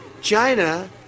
China